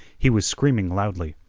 he was screaming loudly.